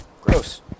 Gross